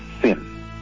sin